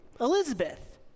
Elizabeth